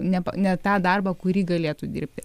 nepa ne tą darbą kurį galėtų dirbti